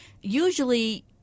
usually